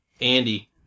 Andy